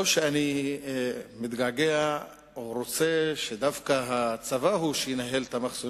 לא שאני מתגעגע או רוצה שדווקא הצבא הוא שינהל את המחסומים,